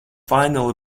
final